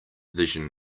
vision